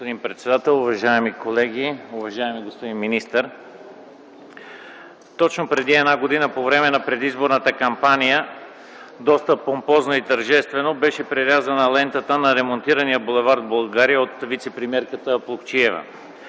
Уважаеми господин председател, уважаеми колеги, уважаеми господин министър! Точно преди една година по време на предизборната кампания доста помпозно и тържествено беше прерязана лентата на ремонтирания бул. „България” от вицепремиерката Плугчиева.